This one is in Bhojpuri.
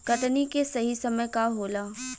कटनी के सही समय का होला?